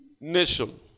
nation